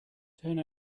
turn